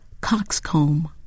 coxcomb